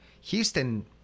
Houston